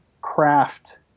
craft